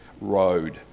road